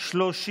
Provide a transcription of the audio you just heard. נתקבלה.